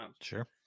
Sure